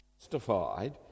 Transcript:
justified